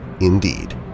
indeed